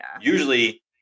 usually